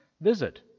visit